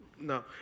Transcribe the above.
No